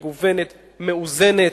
מגוונת, מאוזנת,